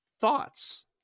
Thoughts